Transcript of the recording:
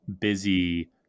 busy